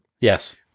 Yes